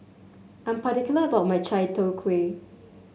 I'm particular about my Chai Tow Kuay